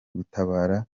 gutabara